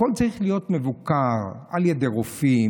הכול צריך להיות מבוקר על ידי רופאים,